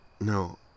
No